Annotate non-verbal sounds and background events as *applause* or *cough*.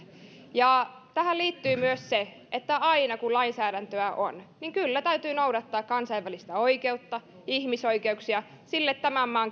tähän liittyy myös se että aina kun lainsäädäntöä on niin kyllä täytyy noudattaa kansainvälistä oikeutta ihmisoikeuksia sille tämän maan *unintelligible*